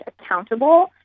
accountable